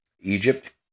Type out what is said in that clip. Egypt